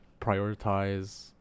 prioritize